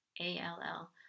A-L-L